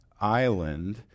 island